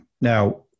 now